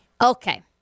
okay